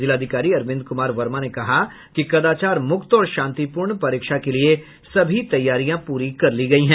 जिलाधिकारी अरविंद कुमार वर्मा ने कहा कि कदाचार मुक्त और शांतिपूर्ण परीक्षा के लिए सभी तैयारियां पूरी कर ली गयी है